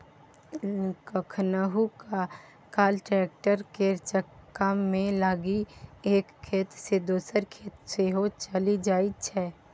कखनहुँ काल टैक्टर केर चक्कामे लागि एक खेत सँ दोसर खेत सेहो चलि जाइ छै